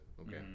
Okay